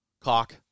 Cock